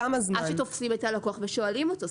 עד שתופסים את הלקוח ושואלים אותו.